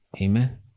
Amen